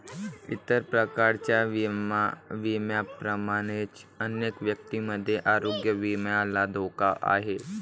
इतर प्रकारच्या विम्यांप्रमाणेच अनेक व्यक्तींमध्ये आरोग्य विम्याला धोका आहे